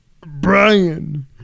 Brian